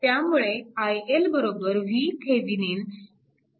त्यामुळे iL VThevenin RThevenin RL